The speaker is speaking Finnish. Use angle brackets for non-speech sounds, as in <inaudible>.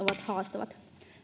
<unintelligible> ovat haastavat